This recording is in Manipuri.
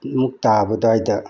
ꯃꯨꯛ ꯇꯥꯕ ꯑꯗꯨꯋꯥꯏꯗ